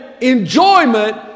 enjoyment